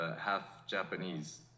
half-Japanese